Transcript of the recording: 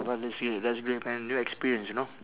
but that's great that's great man new experience you know